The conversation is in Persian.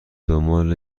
دنبال